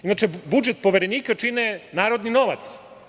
Inače, budžet Poverenika čini narodni novac.